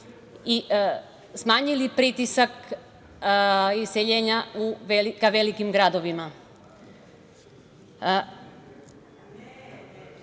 smanjili pritisak iseljenja ka velikim gradovima? Položaj